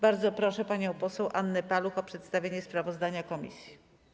Bardzo proszę panią poseł Annę Paluch o przedstawienie sprawozdania komisji.